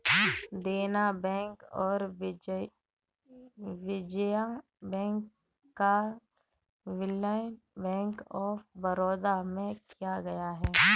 देना बैंक और विजया बैंक का विलय बैंक ऑफ बड़ौदा में किया गया है